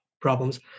problems